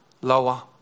lower